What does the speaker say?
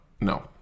No